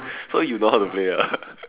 so you know how to play ah